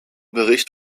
bericht